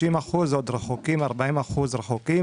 30% ו-40% רחוקים,